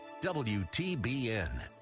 WTBN